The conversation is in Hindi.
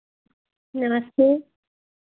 नमस्ते